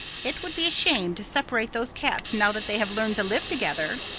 it would be a shame to separate those cats now that they have learned to live together.